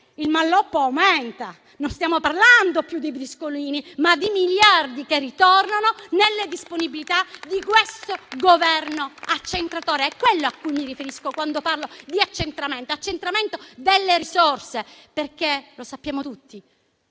il malloppo aumenta. Stiamo parlando non più di bruscolini, ma di miliardi che tornano nelle disponibilità di questo Governo accentratore. È questo a cui mi riferisco quando parlo di accentramento: accentramento delle risorse. Lo sappiamo tutti: